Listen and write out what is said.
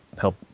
help